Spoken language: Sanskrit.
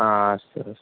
अ अस्तु अस्तु